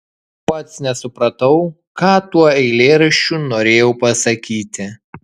pats nesupratau ką tuo eilėraščiu norėjau pasakyti